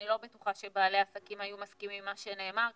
אני לא בטוחה שבעלי העסקים היו מסכימים עם מה שנאמר כאן.